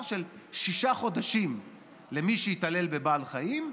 של שישה חודשים למי שהתעלל בבעל חיים.